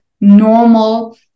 normal